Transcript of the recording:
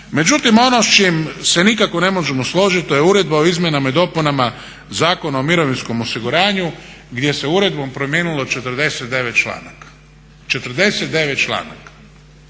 Međutim, ono s čim se nikako ne možemo složiti to je Uredba o izmjenama i dopunama Zakona o mirovinskom osiguranju gdje se uredbom promijenilo 49 članaka.